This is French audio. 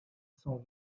cent